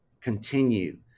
continue